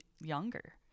younger